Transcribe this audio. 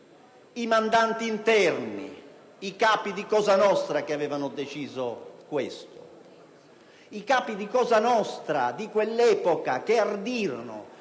i mandanti interni, i capi di Cosa nostra che avevano deciso l'azione, i capi di Cosa nostra di quell'epoca, che ardirono